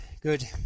good